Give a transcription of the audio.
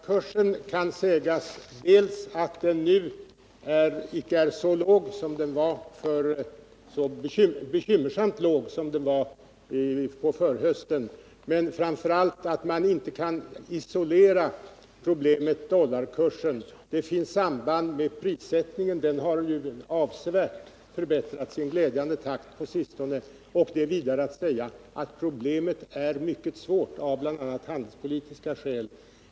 Herr talman! Om dollarkursen kan sägas dels att den nu icke är så bekymmersamt låg som den var på förhösten, dels att man inte kan isolera problemet med dollarkursen. Det finns också samband med prissättningen, och den har på sistone avsevärt förbättrats i en glädjande takt. Det är vidare att säga att problemet är mycket svårt att lösa av bl.a. handelspolitiska skäl.